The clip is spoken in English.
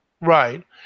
Right